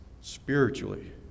spiritually